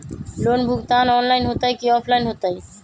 Loan भुगतान online होतई कि ऑफलाइन होतई?